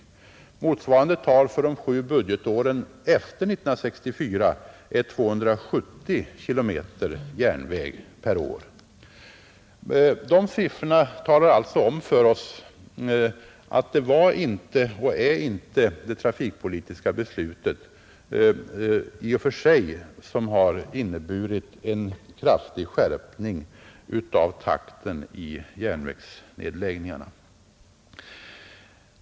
Motsvarande tal för de sju budgetåren efter 1964 är 270 km järnväg per år. Dessa siffror talar alltså om för oss att det inte var och inte är det trafikpolitiska beslutet i och för sig som inneburit en kraftig skärpning av takten i järnvägsnedläggningarna.